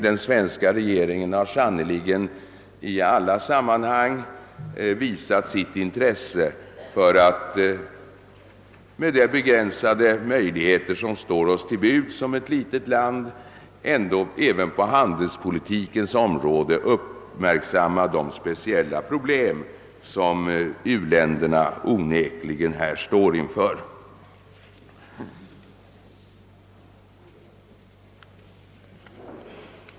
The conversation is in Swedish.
Den svenska regeringen har sannerligen i alla sammanhang visat sitt intresse för att med de begränsade möjligheter som står till buds för ett litet land även på handelspolitikens område uppmärksamma de speciella problem som u-länderna onekligen står inför.